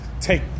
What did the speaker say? take